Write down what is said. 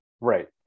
Right